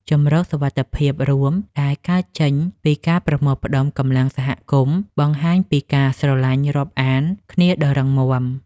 ជម្រកសុវត្ថិភាពរួមដែលកើតចេញពីការប្រមូលផ្តុំកម្លាំងសហគមន៍បង្ហាញពីការស្រឡាញ់រាប់អានគ្នាដ៏រឹងមាំ។